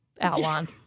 outline